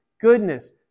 goodness